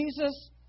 Jesus